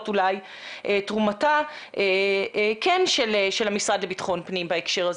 אולי תרומתו של המשרד לביטחון פנים בהקשר הזה.